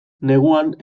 neguan